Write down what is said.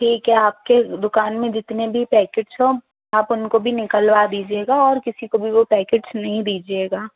ठीक है आपकी दुकान में जितने भी पैकेट्स हों आप उनको भी निकलवा दीजिएगा और किसी को भी वो पैकेट्स नहीं दीजिएगा